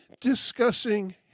discussing